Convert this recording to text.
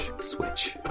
switch